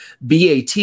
BAT